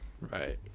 right